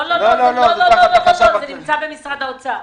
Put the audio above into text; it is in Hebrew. לא, לא, זה נמצא במשרד האוצר.